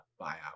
buyout